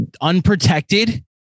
unprotected